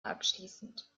abschließend